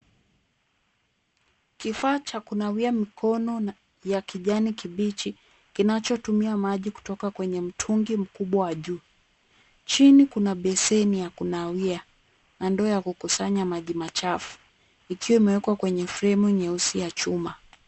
Kifaa cha kunawia mkono ya kijani kibichi kinachotumia maji kutoka kwenye mtungi mkubwa wa juu. Chini kuna beseni ya kunawia na ndoo ya kukusanya maji machafu ikiwa imewekwa kwenye fremu nyeusi ya chuma.